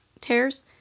tears